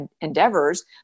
endeavors